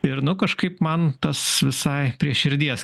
ir nu kažkaip man tas visai prie širdies